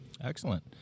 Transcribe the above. Excellent